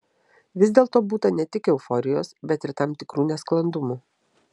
vis dėlto būta ne tik euforijos bet ir tam tikrų nesklandumų